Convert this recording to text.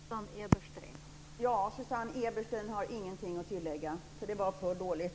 Fru talman! Susanne Eberstein har ingenting att tillägga. Det var för dåligt.